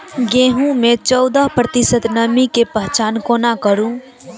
गेंहूँ मे चौदह प्रतिशत नमी केँ पहचान कोना करू?